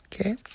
Okay